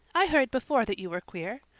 i heard before that you were queer.